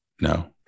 no